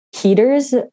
heaters